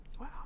Wow